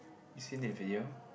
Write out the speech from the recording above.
you seen the video